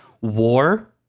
war